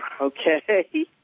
okay